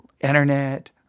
internet